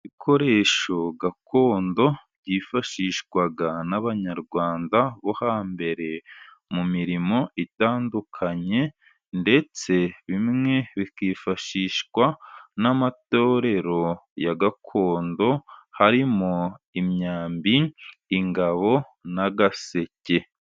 Ibikoresho gakondo byifashishwaga n'Abanyarwanda bo hambere, mu mirimo itandukanye, ndetse bimwe bikifashishwa n'amatorero ya gakondo harimo imyambi, ingabo n'agaseke.